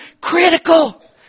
critical